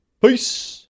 Peace